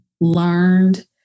learned